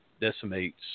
decimates